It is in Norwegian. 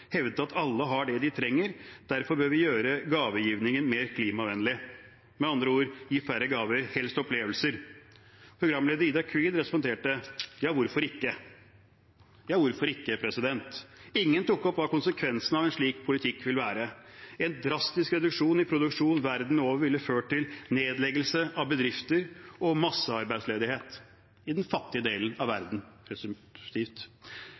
hevdet at alle har det de trenger, og at vi derfor burde gjøre gavegivingen mer klimavennlig, med andre ord gi færre gaver og helst gi opplevelser. Programleder Ida Creed responderte: Ja, hvorfor ikke? Ja, hvorfor ikke? Ingen tok opp hva konsekvensene av en slik politikk ville være: En drastisk reduksjon i produksjonen verden over ville ført til nedleggelse av bedrifter og massearbeidsledighet i den fattige delen av